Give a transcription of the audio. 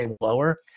lower